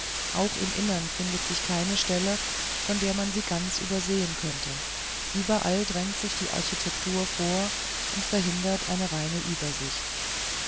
auch im innern findet sich keine stelle von der man sie ganz übersehen könnte überall drängt sich die architektur vor und verhindert eine reine übersicht